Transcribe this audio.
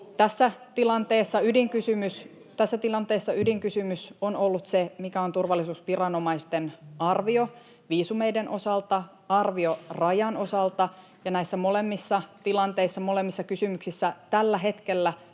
Tässä tilanteessa ydinkysymys on ollut, mikä on turvallisuusviranomaisten arvio viisumeiden osalta ja arvio rajan osalta, ja näissä molemmissa tilanteissa, molemmissa kysymyksissä tällä hetkellä